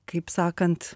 kaip sakant